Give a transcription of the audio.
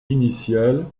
initiale